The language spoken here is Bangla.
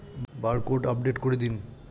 বারকোড আপডেট করে দিন?